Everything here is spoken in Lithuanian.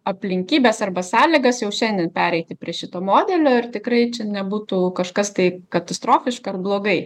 aplinkybes arba sąlygas jau šiandien pereiti prie šito modelio ir tikrai čia nebūtų kažkas tai katastrofiška ar blogai